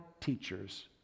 teachers